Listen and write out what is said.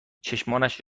چشمانش